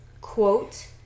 quote